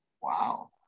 Wow